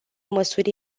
măsuri